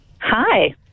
hi